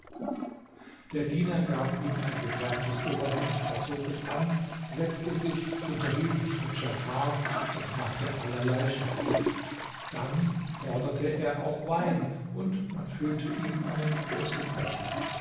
ein diener gab ihm ein gefärbtes oberhemd er zog es an setzte sich unterhielt sich mit djafar und machte allerlei scherze dann forderte er auch wein und man füllte ihm einen großen becher